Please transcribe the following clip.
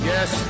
Yes